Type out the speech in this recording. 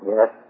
Yes